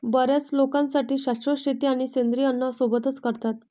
बर्याच लोकांसाठी शाश्वत शेती आणि सेंद्रिय अन्न सोबतच करतात